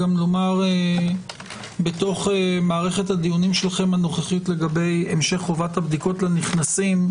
לומר בתוך מערכת הדיונים שלכם הנוכחית לגבי המשך חובת הבדיקות לנכנסים,